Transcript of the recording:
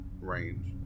range